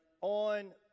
on